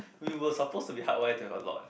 we were supposed to be hardwired to have a lot